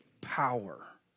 power